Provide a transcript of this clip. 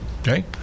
Okay